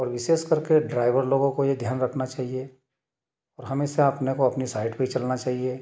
और विशेष कर के ड्राईवर लोगों को ये ध्यान रखना चहिए और हमेशा अपने को अपने साइड पर चलना चहिए